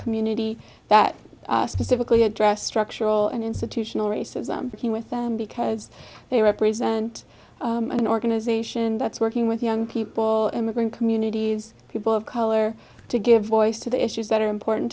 community that specifically address structural and institutional racism king with them because they represent an organization that's working with young people immigrant communities people of color to give voice to the issues that are important